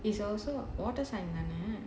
it's also water sign தானே:thaanae